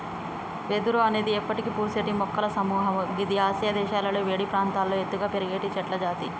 వెదురు అనేది ఎప్పటికి పూసేటి మొక్కల సముహము గిది ఆసియా దేశాలలో వేడి ప్రాంతాల్లో ఎత్తుగా పెరిగేటి చెట్లజాతి